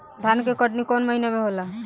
धान के कटनी कौन महीना में होला?